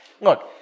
Look